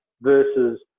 versus